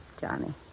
Johnny